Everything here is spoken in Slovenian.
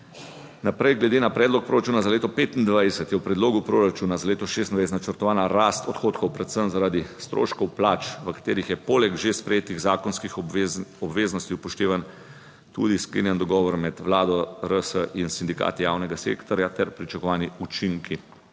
Naprej glede na predlog proračuna za leto 2025 je v Predlogu proračuna za leto 2026 načrtovana rast odhodkov predvsem zaradi stroškov plač, v katerih je poleg že sprejetih zakonskih obveznosti upoštevan tudi sklenjen dogovor med Vlado RS in sindikati javnega sektorja ter pričakovani učinki